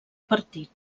partit